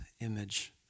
image